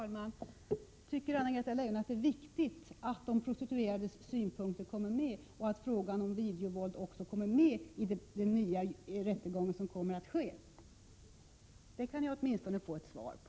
Herr talman! Tycker Anna-Greta Leijon att det är viktigt att de prostituerades synpunkter och frågan om videovåld kommer med i den nya rättegång som kommer att hållas? Det kunde jag åtminstone få ett svar på.